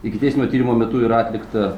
ikiteisminio tyrimo metu yra atlikta